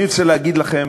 אני רוצה להגיד לכם